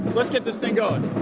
let's get this thing going.